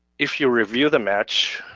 if you review the match,